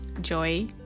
joy